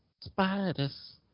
spiders